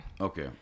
Okay